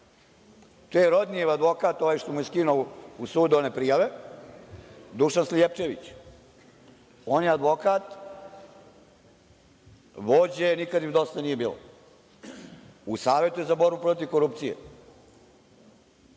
To je Rodnijev advokat, onaj što mu je na sudu skinuo one prijave, Dušan Slijepčević. On je advokat vođe „nikad im dosta nije bilo“. U Savetu je za borbu protiv korupcije.